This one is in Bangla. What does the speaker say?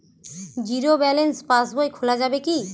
জীরো ব্যালেন্স পাশ বই খোলা যাবে কি?